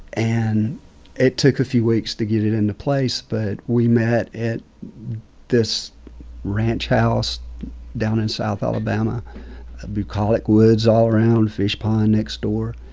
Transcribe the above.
and it took a few weeks to get it into place, but we met at this ranch house down in south alabama bucolic woods all around, fishpond next door.